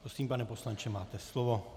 Prosím, pane poslanče, máte slovo.